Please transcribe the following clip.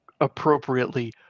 appropriately